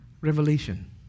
revelation